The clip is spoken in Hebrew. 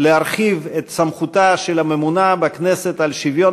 להרחיב את סמכותה של הממונה בכנסת על שוויון